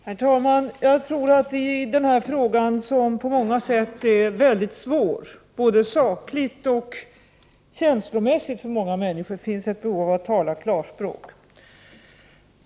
Herr talman! Jag tror att det i denna fråga som på flera sätt är mycket svår, både sakligt och känslomässigt, för många människor finns ett behov av att tala klarspråk.